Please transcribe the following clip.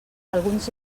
alguns